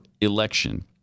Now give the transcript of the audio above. election